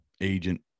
agent